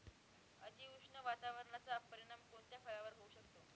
अतिउष्ण वातावरणाचा परिणाम कोणत्या फळावर होऊ शकतो?